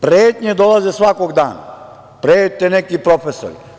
Pretnje dolaze svakog dana, prete neki profesori.